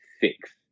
six